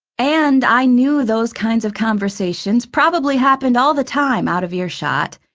and i knew those kinds of conversations probably happened all the time out of earshot,